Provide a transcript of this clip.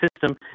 system